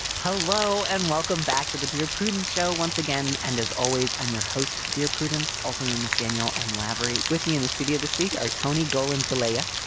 hello and welcome back to the dear prudence show once again. and as always, i'm your host, dear prudence, also known as daniel m. lavery with me in the studio this week are tony goaland villeda,